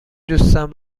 دوستم